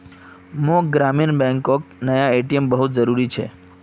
मोक ग्रामीण बैंकोक नया ए.टी.एम बहुत जरूरी छे